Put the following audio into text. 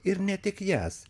ir ne tik jas